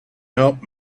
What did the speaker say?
help